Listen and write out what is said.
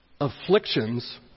Afflictions